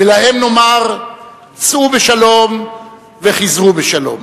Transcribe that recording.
ולהם נאמר: סעו בשלום וחזרו בשלום.